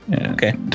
Okay